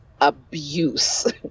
abuse